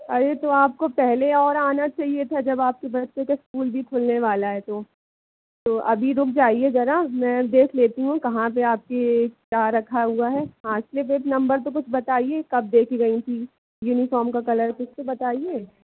अरे तो आपको पहले और आना चाहिए था जब आपके बच्चो का स्कूल भी खुलने वाला है तो तो अभी रुक जाइए ज़रा मैं देख लेती हूँ कहाँ पे आपकी क्या रखा हुआ है हाँ सिर्फ़ एक नंबर तो कुछ बताइए कब देके गई थीं युनिफ़ार्म का कलर कुछ तो बताइए